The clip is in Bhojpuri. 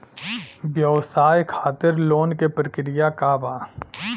व्यवसाय खातीर लोन के प्रक्रिया का बा?